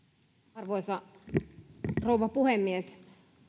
arvoisa rouva puhemies